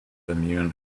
immune